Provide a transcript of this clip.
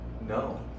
no